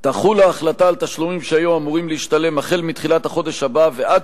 תחול ההחלטה על תשלומים שהיו אמורים להשתלם מתחילת החודש הבא ועד